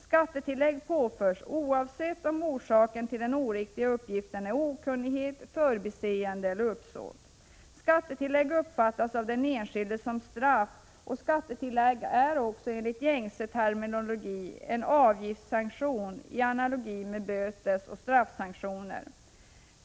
Skattetillägg påförs oavsett om orsaken till den oriktiga uppgiften är okunnighet, förbiseende eller uppsåt. Skattetillägg uppfattas av den enskilde som straff, och det är också enligt gängse terminologi en avgiftssanktion i analogi med bötesoch straffsanktion.